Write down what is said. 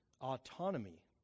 autonomy